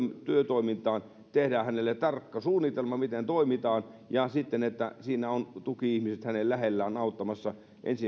työtoimintaan tehdään hänelle tarkka suunnitelma miten toimitaan ja siten että siinä ovat tuki ihmiset hänen lähellään auttamassa